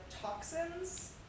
toxins